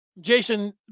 Jason